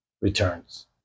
returns